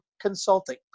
Consulting